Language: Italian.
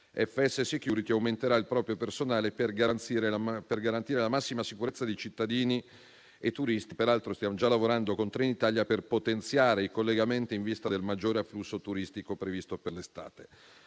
FS Security aumenterà il proprio personale per garantire la massima sicurezza di cittadini e turisti. Inoltre, stiamo già lavorando con Trenitalia per potenziare i collegamenti in vista del maggiore afflusso turistico previsto per l'estate.